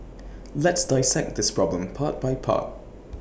let's dissect this problem part by part